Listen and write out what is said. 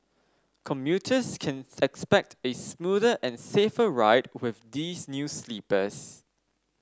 commuters can expect a smoother and safer ride with these new sleepers